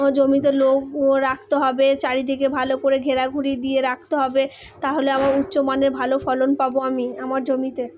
জমিতে লোকও রাখতে হবে চারিদিকে ভালো করে ঘেরা ঘুরি দিয়ে রাখতে হবে তাহলে আবার উচ্চ মানের ভালো ফলন পাবো আমি আমার জমিতে